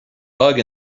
bug